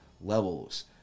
levels